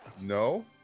No